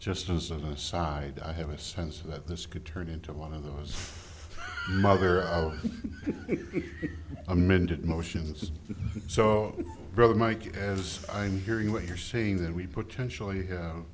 just as an aside i have a sense that this could turn into one of those mother amended motions just so brother mike as i'm hearing what you're saying that we potentially have